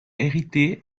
hérité